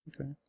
Okay